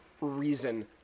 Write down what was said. reason